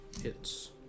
Hits